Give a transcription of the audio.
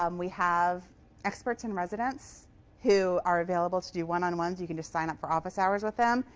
um we have experts and residents who are available to do one-on-ones. you can just sign up for office hours with them.